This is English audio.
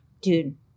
Dude